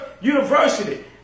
university